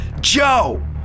Joe